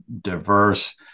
diverse